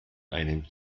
einem